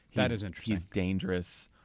that is interesting. he's dangerous,